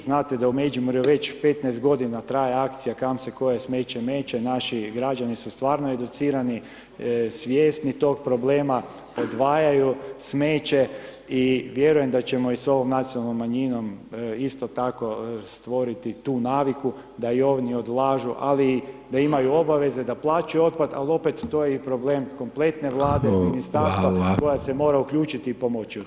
Znate da u Međimurju već 15 godina traje akcija kam se koje smeće meće, naš građani su stvarno educirani, svjesni tog problema, odvajaju smeće i vjerujem da ćemo i s ovom nacionalnom manjinom isto tako stvoriti tu naviku da i oni odlažu ali i da imaju obaveze da plaćaju otpad, ali opet je i problem kompletne Vlade [[Upadica: Hvala.]] i ministarstva koja se mora uključit i pomoći u tome.